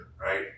right